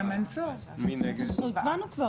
מנסור,